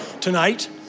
tonight